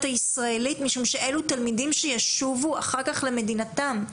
הישראלית - משום שאלו תלמידים שישובו אחר כך למדינתם.